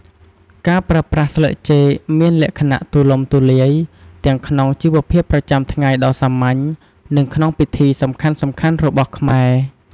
ការប្រើប្រាស់ស្លឹកចេកមានលក្ខណៈទូលំទូលាយ ទាំងក្នុង ជីវភាពប្រចាំថ្ងៃដ៏សាមញ្ញ និងក្នុងពិធីសំខាន់ៗ របស់ខ្មែរ។